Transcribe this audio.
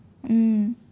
mm